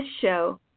show